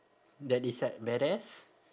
that is like badass